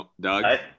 Doug